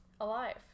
alive